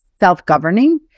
self-governing